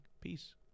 Peace